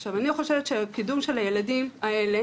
עכשיו, אני חושבת שקידום של הילדים האלה